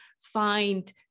find